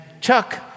Chuck